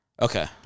Okay